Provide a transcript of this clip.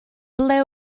ble